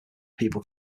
people